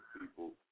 people